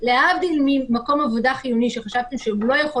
להבדיל ממקום עבודה חיוני שחשבתי שהוא לא יכול